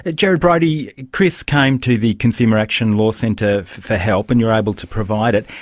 ah gerard brody, chris came to the consumer action law centre for help and you were able to provide it.